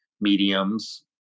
mediums